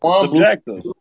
Subjective